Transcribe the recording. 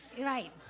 Right